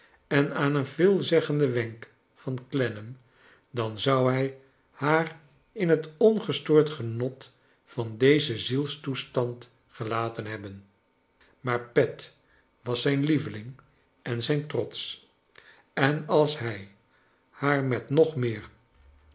en aan een veelzeggenden wenk van clennam dan zou hij haar in het ongestoord genot van dezen zielstoestand gelaten hebben maar pet was zijn beveling en zijn trots en als hij haar met nog meer